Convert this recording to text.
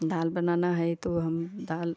दाल बनाना है तो हम दाल